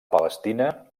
palestina